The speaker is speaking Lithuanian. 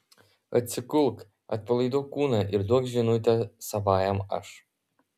atsigulk atpalaiduok kūną ir duok žinutę savajam aš